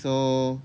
so